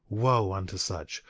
wo unto such,